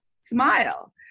smile